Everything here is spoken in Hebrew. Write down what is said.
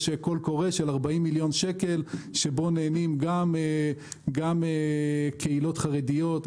יש קול קורא של 40 מיליון שקל שבו נהנות גם קהילות חרדיות,